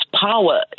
power